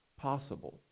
possible